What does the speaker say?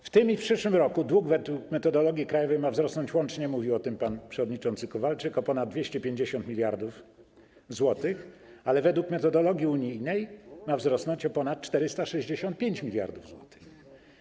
W tym i przyszłym roku dług według metodologii krajowej ma wzrosnąć łącznie - mówił o tym pan przewodniczący Kowalczyk - o ponad 250 mld zł, ale według metodologii unijnej ma on wzrosnąć o ponad 465 mld zł.